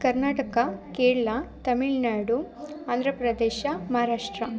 Karnataka Kerala Tamil Nadu Andhra Pradesh Maharashtra